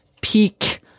peak